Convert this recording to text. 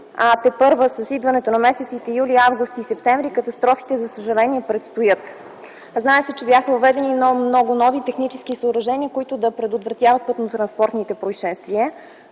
с идването на месеците юли, август и септември катастрофите предстоят. Знае се, че бяха въведени много нови технически съоръжения, които да предотвратяват пътнотранспортните произшествия.